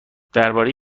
درباره